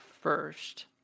first